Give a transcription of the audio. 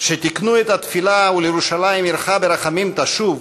שתיקנו את התפילה "ולירושלים עירך ברחמים תשוב",